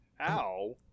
ow